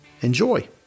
Enjoy